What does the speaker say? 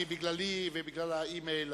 בגללי ובגלל האימייל,